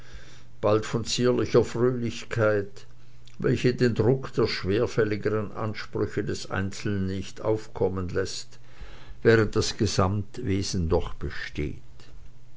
bald von zierlicher fröhlichkeit welche den druck der schwerfälligen ansprüche des einzelnen nicht aufkommen läßt während das gesamtwesen doch besteht